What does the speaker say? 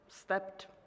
stepped